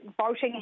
voting